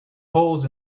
holes